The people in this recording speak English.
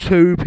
Two